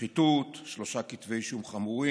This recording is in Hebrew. שחיתות, שלושה כתבי אישום חמורים,